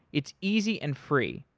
it's easy and free.